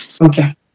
Okay